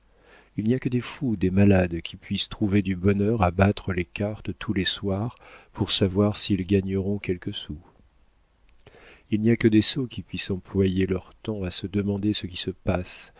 il n'y a que des fous ou des malades qui puissent trouver du bonheur à battre les cartes tous les soirs pour savoir s'ils gagneront quelques sous il n'y a que des sots qui puissent employer leur temps à se demander ce qui se passe